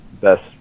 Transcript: Best